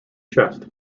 chest